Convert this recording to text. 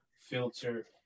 filter